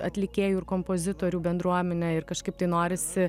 atlikėjų ir kompozitorių bendruomene ir kažkaip tai norisi